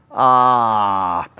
ahhh,